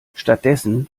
stattdessen